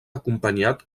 acompanyat